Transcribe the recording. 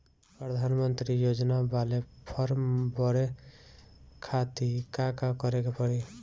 प्रधानमंत्री योजना बाला फर्म बड़े खाति का का करे के पड़ी?